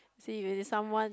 see if it's someone